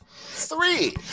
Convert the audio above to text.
Three